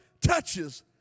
touches